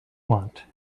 want